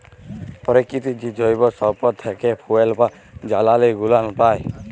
পরকিতির যে জৈব সম্পদ থ্যাকে ফুয়েল বা জালালী গুলান পাই